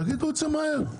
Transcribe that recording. תגידו את זה מהר,